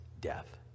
death